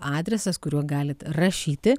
adresas kuriuo galit rašyti